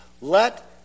let